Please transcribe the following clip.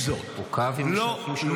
עוכב, עם נשקים שלופים.